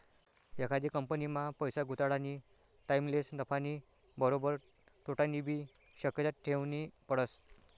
एखादी कंपनीमा पैसा गुताडानी टाईमलेच नफानी बरोबर तोटानीबी शक्यता ठेवनी पडस